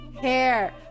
hair